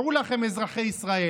דעו לכם, אזרחי ישראל: